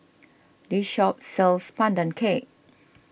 this shop sells Pandan Cake